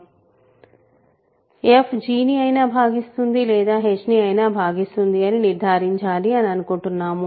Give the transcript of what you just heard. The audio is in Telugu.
f g ని అయినా భాగిస్తుంది లేదా h ని అయినా భాగిస్తుంది అని నిర్ధారించాలి అని అనుకుంటున్నాము